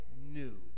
new